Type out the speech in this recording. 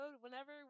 whenever